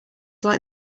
like